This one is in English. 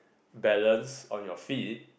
balance on your feet